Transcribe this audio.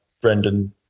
Brendan